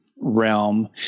realm